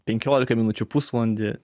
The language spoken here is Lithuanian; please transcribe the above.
penkiolika minučių pusvalandį